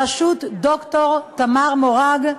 בראשות ד"ר תמר מורג,